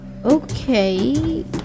Okay